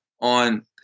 on